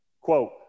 Quote